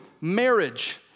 marriage